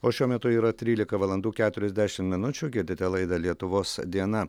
o šiuo metu yra trylika valandų keturiasdešim minučių girdite laidą lietuvos diena